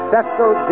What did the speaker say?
Cecil